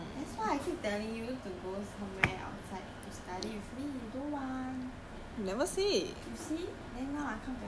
ya house cannot study that why that's why I keep telling you to go somewhere outside to study with me you don't want